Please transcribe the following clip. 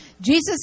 Jesus